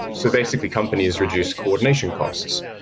so basically, companies reduce coordination costs.